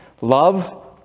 Love